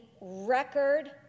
record